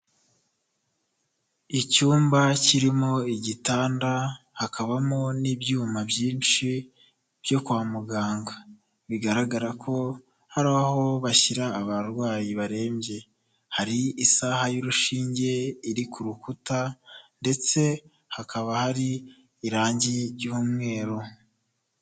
Icyumba kirimo igitanda hakabamo n'ibyuma byinshi byo kwa muganga, bigaragara ko hari aho bashyira abarwayi barembye, hari isaha y'urushinge iri ku rukuta ndetse hakaba hari irangi ry'umweru.